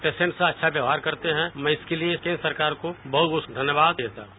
patient से अच्छा व्यवहार करते हैं मैं इसके लिए केन्द्र सरकार को बहुत बहुत धन्यवाद देता हूँ